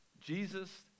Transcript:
Jesus